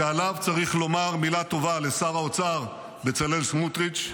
שעליו צריך לומר מילה טובה לשר האוצר בצלאל סמוטריץ',